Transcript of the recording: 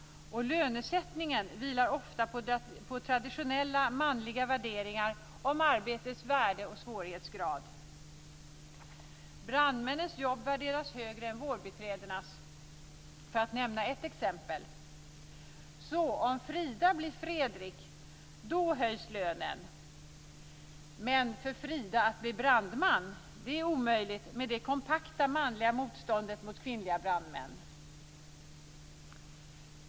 Lönesättningen vilar ofta på traditionella manliga värderingar om arbetets värde och svårighetsgrad. Brandmännens jobb värderas högre än vårdbiträdenas för att nämna ett exempel. Så om Frida blir Fredrik höjs lönen. Men för Frida att bli brandman är omöjligt med tanke på det kompakta manliga motståndet mot kvinnliga brandmän.